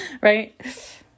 right